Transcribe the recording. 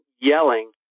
yelling